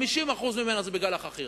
50% ממנה זה בגלל החכירה.